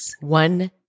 One